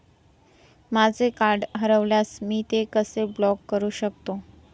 माझे कार्ड हरवल्यास मी ते कसे ब्लॉक करु शकतो?